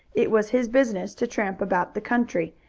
it was his business to tramp about the country,